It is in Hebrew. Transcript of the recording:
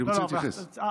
אני רוצה להתייחס.